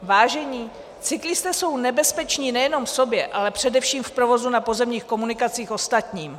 Vážení, cyklisté jsou nebezpeční nejenom sobě, ale především v provozu na pozemních komunikacích ostatním.